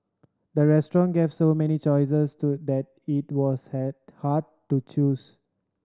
the restaurant gave so many choices to that it was head hard to choose